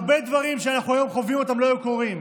הרבה דברים שאנחנו היום חווים אותם לא היו קורים.